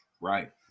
Right